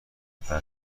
قطع